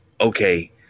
okay